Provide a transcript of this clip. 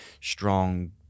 strong